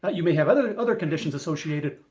but you might have other and other conditions associated.